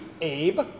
Abe